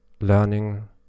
learning